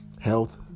health